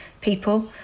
people